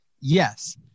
Yes